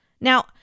Now